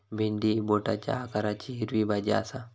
भेंडी ही बोटाच्या आकाराची हिरवी भाजी आसा